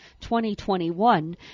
2021